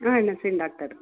ಹಾಂ nursing doctor